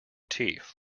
teeth